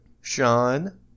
sean